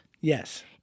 Yes